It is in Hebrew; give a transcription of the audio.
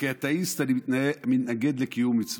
וכאתאיסט אני מתנגד לקיום מצוות.